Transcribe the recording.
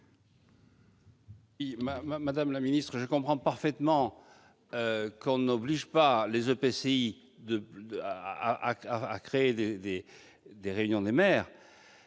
de vote. Je comprends parfaitement que l'on n'oblige pas les EPCI à créer des réunions des maires.